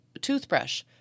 Toothbrush